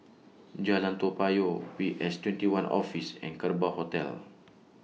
Jalan Toa Payoh P S twenty one Office and Kerbau Hotel